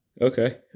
Okay